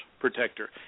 protector